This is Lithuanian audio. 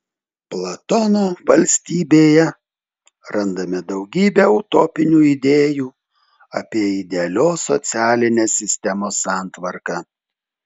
platono valstybėje randame daugybę utopinių idėjų apie idealios socialinės sistemos santvarką